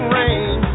rain